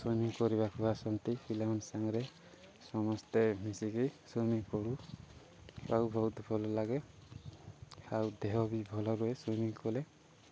swimming କରିବାକୁ ଆସନ୍ତି ପିଲାମାନେ ସାଙ୍ଗରେ ସମସ୍ତେ ମିଶିକି ସୁଇମିଂ କରୁ ଆଉ ବହୁତ ଭଲ ଲାଗେ ଆଉ ଦେହ ବି ଭଲ ରୁହେ ସୁଇମିଂ କଲେ